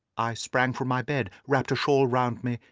i sprang from my bed, wrapped a shawl round me,